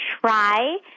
try